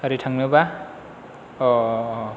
ओरै थांनोबा